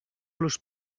los